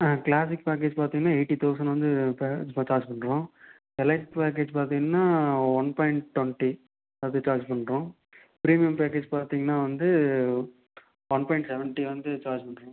ஆ classic package பார்த்தீங்கனா eighty thousand வந்து இப்போ இப்போ சார்ஜ் பண்ணுறோம் எலைட் பேக்கேஜ் பார்த்தீங்கனா ஒன் பாயிண்ட் டொண்ட்டி அது சார்ஜ் பண்ணுறோம் ப்ரீமியம் பேக்கேஜ் பார்த்தீங்கனா வந்து ஒன் பாயிண்ட் செவென்ட்டி வந்து சார்ஜ் பண்ணுறோம்